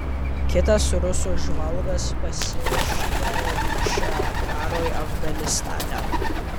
kitas rusų žvalgas pasišvenčia karui afganistane